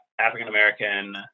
African-American